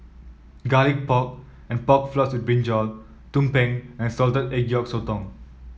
Garlic Pork and Pork Floss with brinjal tumpeng and Salted Egg Yolk Sotong